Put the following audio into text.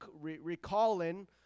recalling